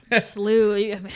slew